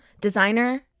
Designer